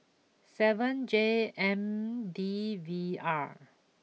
seven J M D V R